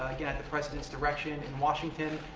again, at the president's direction. in washington,